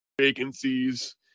vacancies